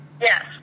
Yes